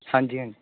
ਹਾਂਜੀ ਹਾਂਜੀ